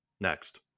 next